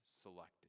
selected